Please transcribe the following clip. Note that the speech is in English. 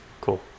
cool